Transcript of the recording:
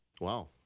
Wow